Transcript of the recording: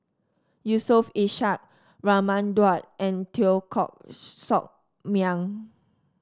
Yusof Ishak Raman Daud and Teo Koh Sock Miang